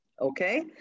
Okay